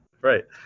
right